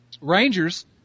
Rangers